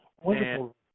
Wonderful